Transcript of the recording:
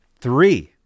three